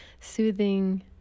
soothing